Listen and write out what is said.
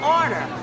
order